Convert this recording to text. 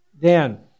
Dan